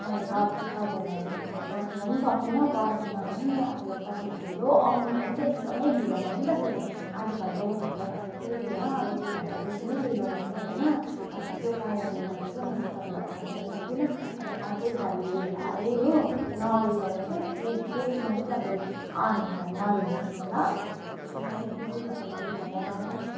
मैले त तपाईँलाई पर्खनु नि सकिनँ पर्खन पनि अब तपाईँ ढिलो आउनुभयो नि त एकदमै ढिलो भयो नि त फेरि आधा घण्टा एक घण्टा भए त केही थिएन अब यो भन्दा बेसी नै ढिलो भयो होइन अन्त त्यो कारणले गर्दा चाहिँ मैले तपाईँलाई पर्खनु सकिनँ अनि अर्कै गाडी लिएर आएँ हो नरिसाउनु होस् है त्यतिमा चाहिँ तपाईँले अन्यथा नलिनुहोस् न ल हुन्छ थ्याङ्क यू तपाईँलाई धन्यवाद